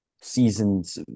seasons